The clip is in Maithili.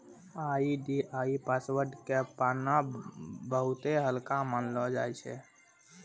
आई.डी आरु पासवर्ड के पाना बहुते हल्का मानलौ जाय छै